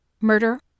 murder